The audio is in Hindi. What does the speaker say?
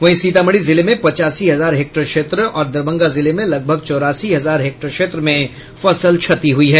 वहीं सीतामढ़ी जिले में पचासी हजार हेक्टेयर क्षेत्र और दरभंगा जिले में लगभग चौरासी हजार हेक्टेयर क्षेत्र में फसल क्षति हुई है